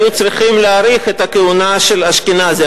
היו צריכים להאריך את הכהונה של אשכנזי.